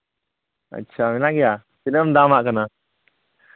ᱟᱪᱪᱷᱟ ᱢᱮᱱᱟᱜ ᱜᱮᱭᱟ ᱛᱤᱱᱟᱹᱜ ᱮᱢ ᱫᱟᱢ ᱟᱜ ᱠᱟᱱᱟ